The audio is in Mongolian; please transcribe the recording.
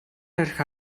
архи